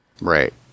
Right